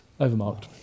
Overmarked